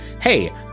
hey